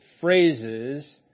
phrases